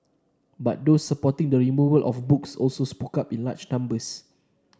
but those supporting the removal of the books also spoke up in large numbers